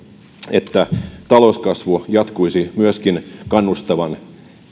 että talouskasvu jatkuisi myöskin kannustavan